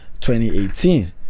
2018